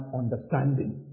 understanding